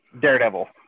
Daredevil